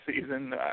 season